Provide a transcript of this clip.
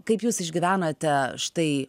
kaip jūs išgyvenate štai